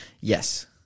Yes